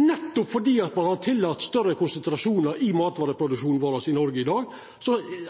Nettopp fordi ein har tillate større konsentrasjonar i matvareproduksjonen vår i Noreg i dag,